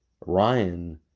Ryan